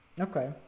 Okay